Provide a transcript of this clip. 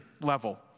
level